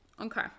Okay